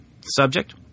subject